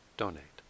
donate